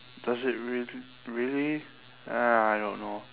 does it real~ really ah I don't know